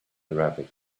arabic